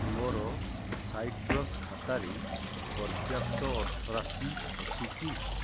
ମୋର ସାଇଟ୍ରସ ଖାତାରେ ପର୍ଯ୍ୟାପ୍ତ ଅର୍ଥରାଶି ଅଛି କି